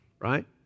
Right